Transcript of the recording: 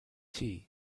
tea